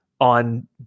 on